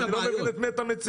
אני לא מבין את מי אתה מציג,